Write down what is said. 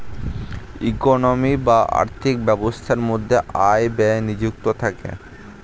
economy বা আর্থিক ব্যবস্থার মধ্যে আয় ব্যয় নিযুক্ত থাকে